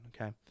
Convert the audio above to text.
Okay